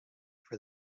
for